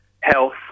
health